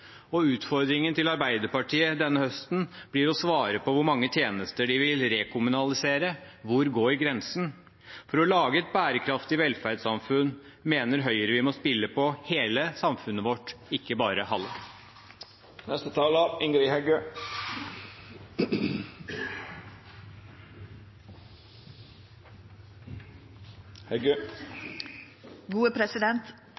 private. Utfordringen til Arbeiderpartiet denne høsten blir å svare på hvor mange tjenester de vil rekommunalisere – hvor går grensen? For å lage et bærekraftig velferdssamfunn mener Høyre vi må spille på hele samfunnet vårt, ikke bare